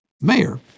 mayor